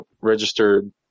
registered